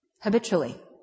habitually